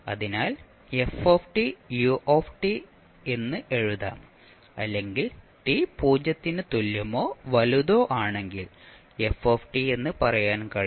അതിനാൽ f u എന്ന് എഴുതാം അല്ലെങ്കിൽ t പൂജ്യത്തിന് തുല്യമോ വലുതോ ആണെങ്കിൽ f എന്ന് പറയാൻ കഴിയും